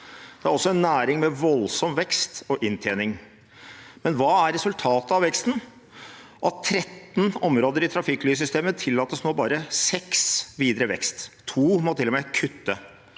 Det er også en næring med voldsom vekst og inntjening, men hva er resultatet av veksten? Av 13 områder i trafikklyssystemet tillates nå bare 6 videre vekst, og 2 må til og med kutte.